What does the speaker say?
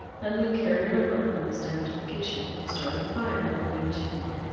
then we carried our wet ones down to the kitchen and started a fire in the big chimney.